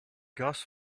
gas